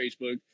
Facebook